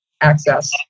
access